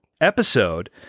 episode